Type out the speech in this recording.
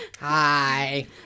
Hi